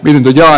lintuja